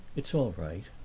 it's all right.